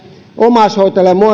omaishoitajille ja